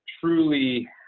truly